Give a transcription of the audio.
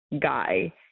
guy